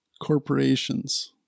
corporations